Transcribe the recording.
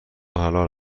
حلال